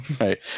right